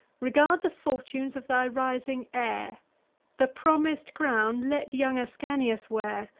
regard the fortunes of thy rising heir the promis'd crown let young ascanius wear,